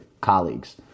colleagues